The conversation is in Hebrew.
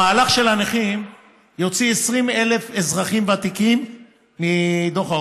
המהלך של הנכים יוציא 20,000 אזרחים ותיקים מדוח העוני.